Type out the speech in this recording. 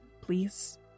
please